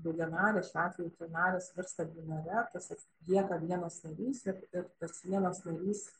daugianarė šiuo atveju trinarės virsta dvinare lieka vienas narys ir ir tas vienas narys